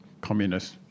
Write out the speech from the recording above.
communist